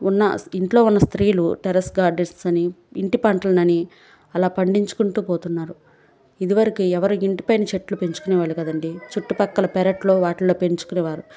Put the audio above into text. ఉన్న ఇంట్లో ఉన్న స్త్రీలు టెర్రస్ గార్డెన్స్ అని ఇంటి పంటలని అలా పండించుకుంటూ పోతున్నారు ఇదివరకు ఎవరూ ఇంటిపైన చెట్లు పెంచుకునేవాళ్ళు కాదండీ చుట్టుపక్కల పెరట్లో వాటిల్లో పెంచుకునేవారు